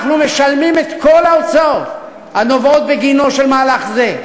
אנחנו משלמים את כל ההוצאות הנובעות מהמהלך הזה,